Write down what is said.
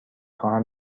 خواهم